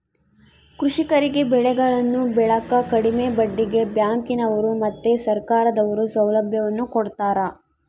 ಕೃಷಿಕರಿಗೆ ಬೆಳೆಗಳನ್ನು ಬೆಳೆಕ ಕಡಿಮೆ ಬಡ್ಡಿಗೆ ಬ್ಯಾಂಕಿನವರು ಮತ್ತೆ ಸರ್ಕಾರದವರು ಸೌಲಭ್ಯವನ್ನು ಕೊಡ್ತಾರ